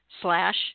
slash